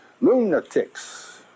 lunatics